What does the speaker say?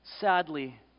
Sadly